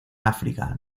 áfrica